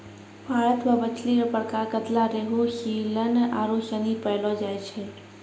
भारत मे मछली रो प्रकार कतला, रेहू, सीलन आरु सनी पैयलो जाय छै